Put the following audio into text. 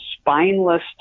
spineless